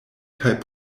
kaj